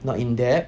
not in debt